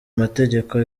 mategeko